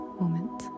moment